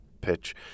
pitch